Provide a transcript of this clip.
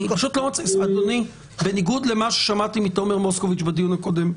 אני פשוט לא מצליח בניגוד למה ששמעתי מתומר מוסקוביץ' בדיון הקודם.